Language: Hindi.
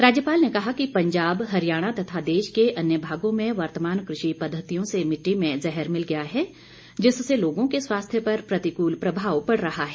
राज्यपाल ने कहा कि पंजाब हरियाणा तथा देश के अन्य भागों में वर्तमान कृषि पद्वतियों से मिट्टी में जहर मिल गया है जिससे लोगों के स्वास्थ्य पर प्रतिकूल प्रभाव पड़ रहा है